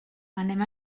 anem